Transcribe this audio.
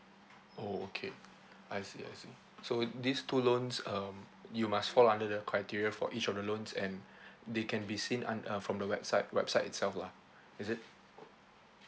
oh okay I see I see so these two loans um you must fall under the criteria for each of the loans and they can be seen un~ uh from the website website itself lah is it